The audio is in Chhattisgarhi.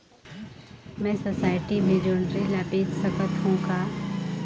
मैं सोसायटी मे जोंदरी ला बेच सकत हो का?